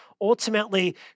Ultimately